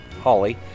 Holly